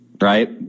Right